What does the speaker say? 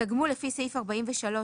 תגמול לפי סעיף 43(ב)